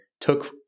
took